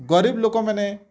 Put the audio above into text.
ଗରିବ୍ ଲୋକମାନେ